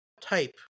type